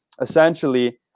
Essentially